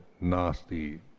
nasty